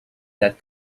that